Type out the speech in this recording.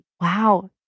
Wow